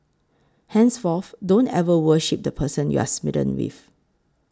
henceforth don't ever worship the person you're smitten with